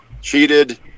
cheated